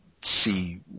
see